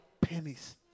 pennies